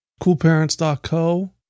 Coolparents.co